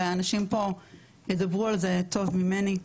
והאנשים פה ידברו על זה טוב ממני.